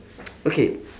okay